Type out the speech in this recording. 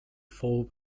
fall